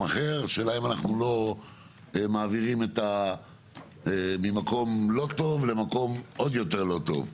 השאלה היא האם אנחנו מעבירים ממקום לא טוב למקום עוד יותר לא טוב.